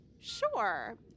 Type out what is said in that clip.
Sure